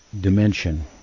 dimension